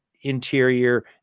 interior